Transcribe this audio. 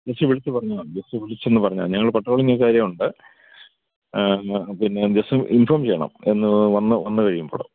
just വിളിച്ചു പറഞ്ഞാൽ മതി ജസ്റ്റ് വിളിച്ചൊന്ന് പറഞ്ഞാൽ മതി ഞങ്ങൾ പട്രോളിങ്ങൊക്കെ അതിലെ ഉണ്ട് പിന്നെ ജസ്റ്റ് ഇൻഫോം ചെയ്യണം ഒന്ന് വന്നു വന്നു കഴിയുമ്പോൾ